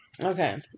Okay